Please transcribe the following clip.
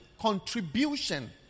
contribution